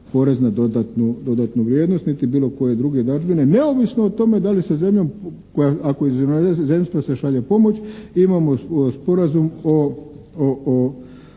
porez na dodanu vrijednost niti bilo koje druge dadžbine, neovisno o tome da li sa zemljom, ako iz inozemstva se šalje pomoć, imamo sporazum o